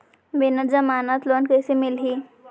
बिना जमानत लोन कइसे मिलही?